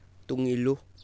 ꯇꯨꯡ ꯏꯜꯂꯨ